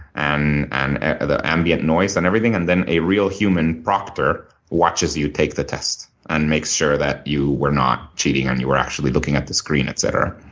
and and the ambient noise and everything. and then a real human proctor watches you take the test and makes sure that you were not cheating and you were actually looking at the screen, etcetera.